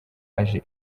aje